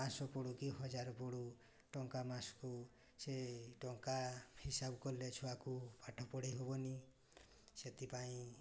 ପାଞ୍ଚଶହ ପଡ଼ୁ କି ହଜାର ପଡ଼ୁ ଟଙ୍କା ମାସକୁ ସେ ଟଙ୍କା ହିସାବ କଲେ ଛୁଆକୁ ପାଠ ପଢ଼ାଇ ହେବନି ସେଥିପାଇଁ